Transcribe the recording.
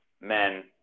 men